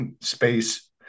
space